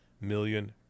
million